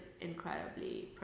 incredibly